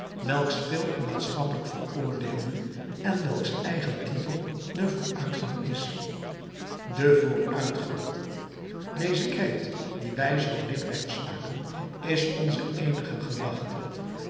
welks spil een maatschappelijk veroordeelde en welks eigenlijk titel de vooruitgang is de vooruitgang deze kreet dien wij zoo dikwerf slaken is onze eenige gedachte